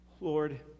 Lord